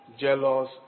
jealous